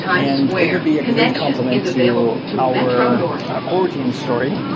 and it would be a great compliment to our ah core team story.